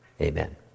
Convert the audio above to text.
Amen